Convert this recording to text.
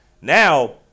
Now